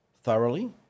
thoroughly